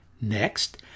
Next